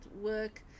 work